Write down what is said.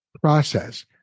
process